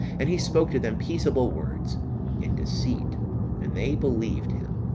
and he spoke to them peaceable words in deceit and they believed him.